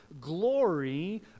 glory